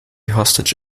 hostage